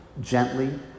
gently